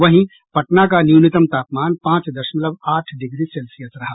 वहीं पटना का न्यूनतम तापमान पांच दशमलव आठ डिग्री सेल्सियस रहा